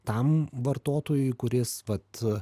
tam vartotojui kuris vat